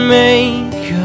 make